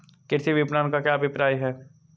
कृषि विपणन का क्या अभिप्राय है?